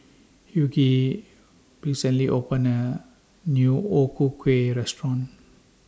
Hughie recently opened A New O Ku Kueh Restaurant